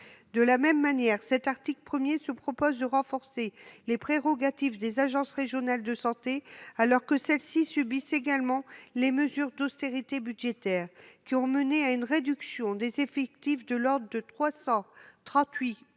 De la même manière, l'article 1 renforce les prérogatives des agences régionales de santé, alors même qu'elles subissent également les mesures d'austérité budgétaire ayant conduit à une réduction des effectifs de l'ordre de 338